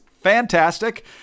fantastic